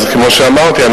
כמו שאמרתי,